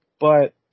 But-